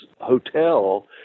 hotel